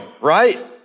right